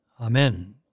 Amen